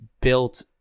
built